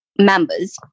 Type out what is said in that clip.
members